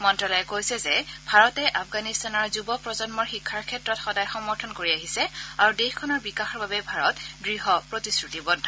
মন্ত্যালয়ে কৈছে যে ভাৰতে আফগানিস্তানৰ যুৱ প্ৰজন্মৰ শিক্ষাৰ ক্ষেত্ৰত সদায় সমৰ্থন কৰি আহিছে আৰু দেশখনৰ বিকাশৰ বাবে ভাৰত দৃঢ় প্ৰতিশ্ৰুতিবদ্ধ